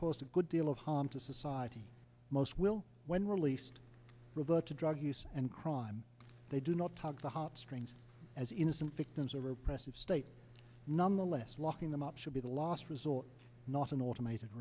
cost a good deal of harm to society most will when released revert to drug use and crime they do not tug the heartstrings as innocent victims a repressive state nonetheless locking them up should be the last resort not an automated